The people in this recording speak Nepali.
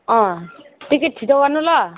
अँ टिकट छिटो गर्नु ल